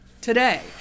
today